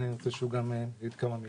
אני רוצה שהוא גם יגיד כמה מילים.